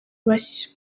bashya